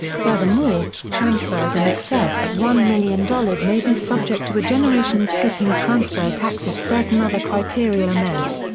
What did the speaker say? furthermore, transfers in excess of one million dollars may be subject to a generation-skipping transfer tax if certain other criteria are met.